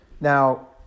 Now